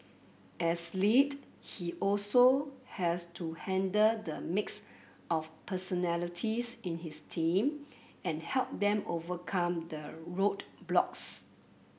as lead he also has to handle the mix of personalities in his team and help them overcome the roadblocks